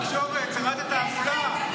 זה תקשורת, שרת התעמולה.